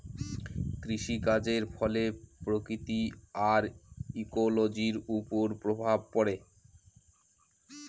কৃষিকাজের ফলে প্রকৃতি আর ইকোলোজির ওপর প্রভাব পড়ে